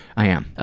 i am,